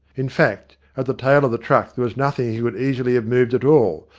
in fact, at the tail of the truck there was nothing he could easily have moved at all,